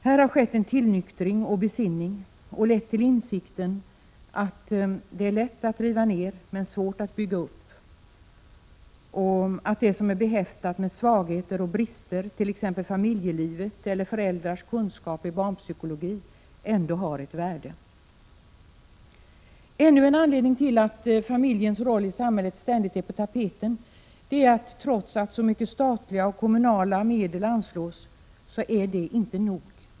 Här har skett en tillnyktring och besinning som lett till insikten att det är lätt att riva ner men svårt att bygga upp och att det som är behäftat med svagheter och brister, t.ex. familjelivet eller föräldrars kunskap i barnpsykologi, ändå har ett värde. Ännu en anledning till att familjens roll i samhället ständigt är på tapeten är att det inte räcker med att anslå statliga och kommunala medel —trots att så mycket medel anslås är detta inte nog.